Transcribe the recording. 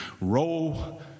roll